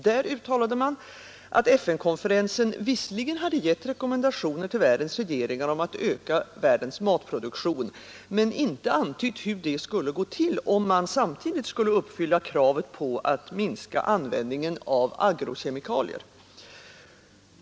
Där uttalade man, att FN-konferensen visserligen hade givit rekommendationer till världens regeringar om att öka världens matproduktion men inte antytt hur detta skulle gå till, om man samtidigt skulle uppfylla kravet på att minska användningen agro-kemikalier.